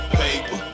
paper